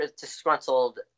disgruntled